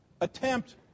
attempt